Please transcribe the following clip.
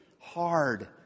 hard